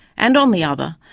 and on the other,